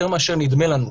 יותר מאשר נדמה לנו,